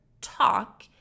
talk